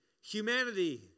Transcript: humanity